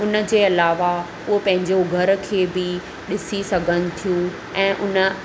हुनजे अलावा हूअ पंहिंजे घर खे बि ॾिसी सघनि थियूं ऐं हुन